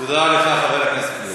תודה לך, חבר הכנסת גליק.